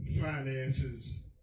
finances